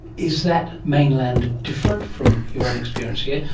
is that mainland different from your own experience here,